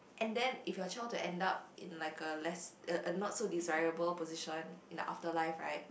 and then if your child to end up in like a less a not so desirable position in the after life right